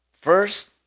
First